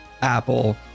Apple